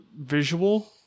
Visual